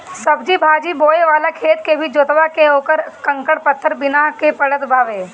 सब्जी भाजी बोए वाला खेत के भी जोतवा के उकर कंकड़ पत्थर बिने के पड़त हवे